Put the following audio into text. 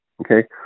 Okay